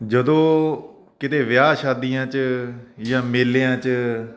ਜਦੋਂ ਕਿਤੇ ਵਿਆਹ ਸ਼ਾਦੀਆਂ 'ਚ ਜਾਂ ਮੇਲਿਆਂ 'ਚ